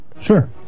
Sure